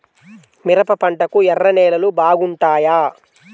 మిరప పంటకు ఎర్ర నేలలు బాగుంటాయా?